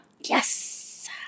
Yes